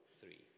three